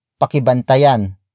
Pakibantayan